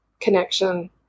connection